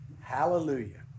Hallelujah